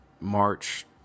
March